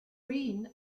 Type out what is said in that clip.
reign